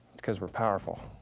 it's cause we're powerful.